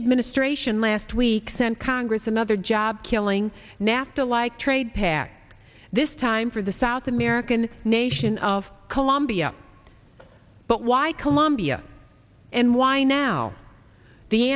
administration last week sent congress another job killing nafta like trade pact this time for the south american nation of colombia but why colombia and why now the